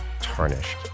tarnished